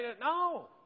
No